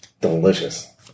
delicious